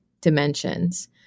dimensions